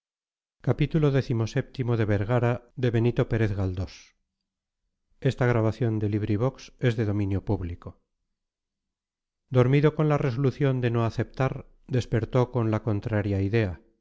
dormido con la resolución de no aceptar despertó con la contraria idea